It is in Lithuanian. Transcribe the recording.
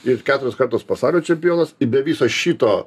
ir keturis kartus pasaulio čempionas i be viso šito